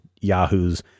yahoos